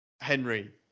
Henry